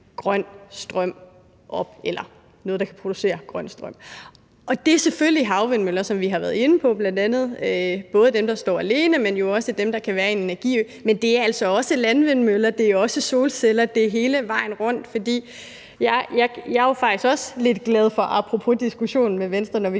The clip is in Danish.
meget mere af noget, der kan producere grøn strøm, op. Det er selvfølgelig havvindmøller, som vi bl.a. har været inde på, både dem, der står alene, men jo også dem, der kan være i en energiø, men det er altså også landvindmøller, det er også solceller – det er hele vejen rundt. Jeg er jo faktisk også lidt glad for – apropos diskussionen med Venstre – når vi